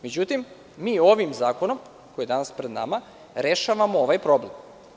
Međutim, mi ovim zakonom koji je danas pred nama rešavamo ovaj problem.